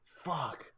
Fuck